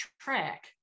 track